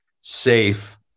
safe